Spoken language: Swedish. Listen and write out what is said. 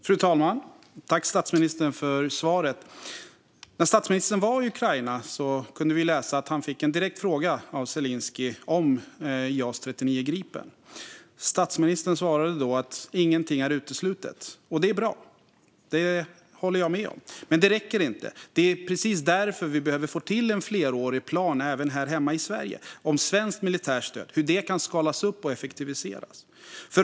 Fru talman! Tack, statsministern, för svaret! När statsministern var i Ukraina kunde vi läsa att han fick en direkt fråga av Zelenskyj om Jas 39 Gripen. Statsministern svarade då att ingenting är uteslutet. Det är bra. Det håller jag med om. Men det räcker inte, och det är precis därför vi behöver få till en flerårig plan även här hemma i Sverige om svenskt militärt stöd och hur det kan skalas upp och effektiviseras.